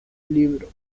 libro